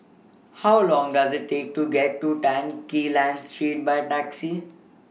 How Long Does IT Take to get to Tan Quee Lan Street By Taxi